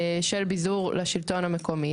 של ביזור לשלטון המקומי.